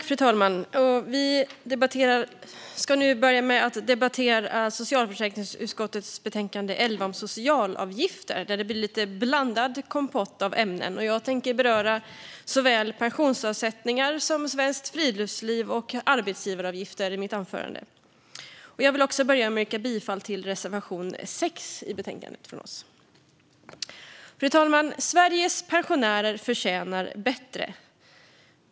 Fru talman! Vi ska nu debattera socialförsäkringsutskottets betänkande 11 om socialavgifter, där det blir en lite blandad kompott av ämnen. Jag tänker beröra såväl pensionsavsättningar som svenskt friluftsliv och arbetsgivaravgifter i mitt anförande. Jag yrkar bifall till reservation 6 i betänkandet. Fru talman! Sveriges pensionärer förtjänar bättre.